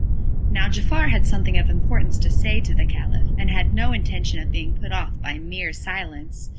now giafar had something of importance to say to the caliph, and had no intention of being put off by mere silence,